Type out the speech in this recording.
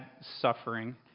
suffering